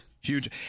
huge